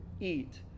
eat